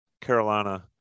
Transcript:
Carolina